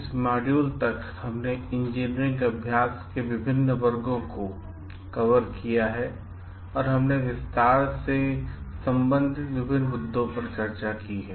इस मॉड्यूल तक हमने इंजीनियरिंग अभ्यास के विभिन्न वर्गों को कवर किया है और हमने विस्तार से संबंधित विभिन्न मुद्दों पर चर्चा की है